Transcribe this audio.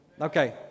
Okay